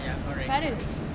the father